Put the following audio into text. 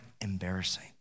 embarrassing